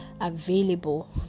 available